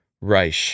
Reich